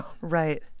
Right